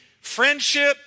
friendship